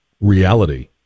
reality